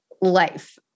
life